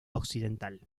occidental